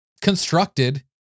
constructed